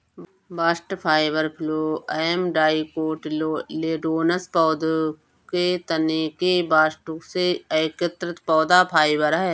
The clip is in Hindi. बास्ट फाइबर फ्लोएम डाइकोटिलेडोनस पौधों के तने के बास्ट से एकत्र पौधा फाइबर है